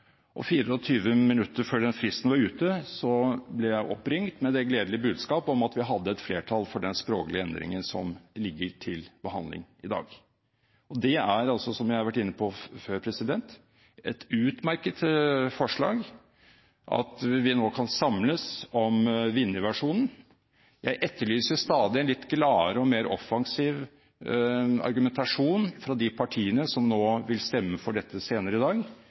og 24 minutter før den fristen var ute, ble jeg oppringt med det gledelige budskap at vi hadde et flertall for den språklige endringen som ligger til behandling i dag. Det er, som jeg har vært inne på før, et utmerket forslag, at vi nå kan samles om Vinje-versjonen. Jeg etterlyser stadig en litt gladere og mer offensiv argumentasjon fra de partiene som nå vil stemme for dette senere i dag